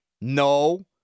No